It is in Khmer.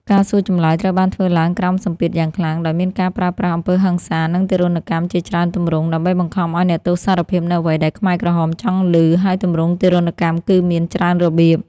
ការសួរចម្លើយត្រូវបានធ្វើឡើងក្រោមសម្ពាធយ៉ាងខ្លាំង ដោយមានការប្រើប្រាស់អំពើហិង្សា និងទារុណកម្មជាច្រើនទម្រង់ ដើម្បីបង្ខំឱ្យអ្នកទោសសារភាពនូវអ្វីដែលខ្មែរក្រហមចង់ឮ ហើយទម្រង់ទារុណកម្មគឺមានច្រើនរបៀប។